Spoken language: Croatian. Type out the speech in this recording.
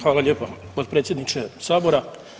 Hvala lijepa potpredsjedniče Sabora.